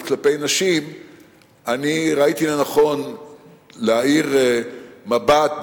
כלפי נשים אני ראיתי לנכון להאיר מבט,